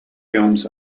films